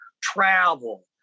travel